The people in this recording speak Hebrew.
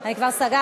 אני כבר סגרתי.